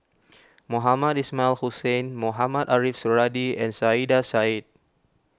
Mohamed Ismail Hussain Mohamed Ariff Suradi and Saiedah Said